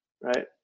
right